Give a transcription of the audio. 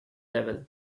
level